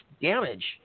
damage